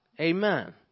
Amen